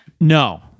No